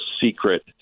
secret